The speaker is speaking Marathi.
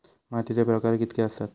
मातीचे प्रकार कितके आसत?